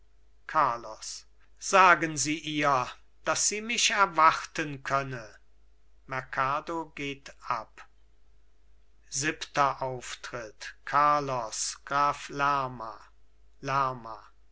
carlos sagen sie ihr daß sie mich erwarten könne merkado geht ab siebenter auftritt carlos graf lerma lerma